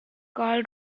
karl